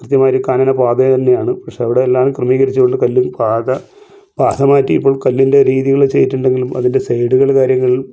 കൃത്യമായ ഒരു കാനനപാത തന്നെയാണ് പക്ഷേ അവിടെ എല്ലാവരും ക്രമീകരിച്ചു കൊണ്ട് കല്ല് പാത പാത മാറ്റി ഇപ്പോൾ കല്ലിൻ്റെ രീതികൾ ചെയ്തിട്ടുണ്ടെങ്കിലും അതിൻ്റെ സൈഡുകൾ കാര്യങ്ങൾ